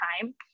time